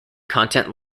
content